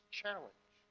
challenge